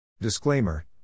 Disclaimer